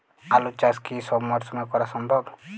আলু চাষ কি সব মরশুমে করা সম্ভব?